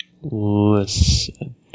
Listen